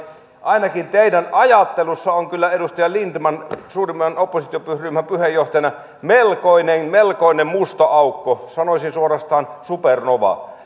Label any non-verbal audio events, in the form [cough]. ainakin teidän ajattelussanne on kyllä edustaja lindtman suurimman oppositioryhmän puheenjohtajana melkoinen melkoinen musta aukko sanoisin suorastaan supernova [unintelligible]